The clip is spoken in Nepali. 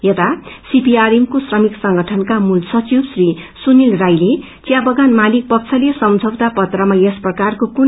याता सीपीआरएम को श्रमिक संगठनका मूल सचिव श्री सुनिल राईले विा बगान मालिक पक्षले सम्झौता पत्रमा यस प्रकाकरो कुन